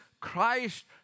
Christ